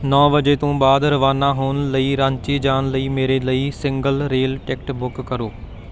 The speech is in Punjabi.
ਨੌਂ ਵਜੇ ਤੋਂ ਬਾਅਦ ਰਵਾਨਾ ਹੋਣ ਲਈ ਰਾਂਚੀ ਜਾਣ ਲਈ ਮੇਰੇ ਲਈ ਸਿੰਗਲ ਰੇਲ ਟਿਕਟ ਬੁੱਕ ਕਰੋ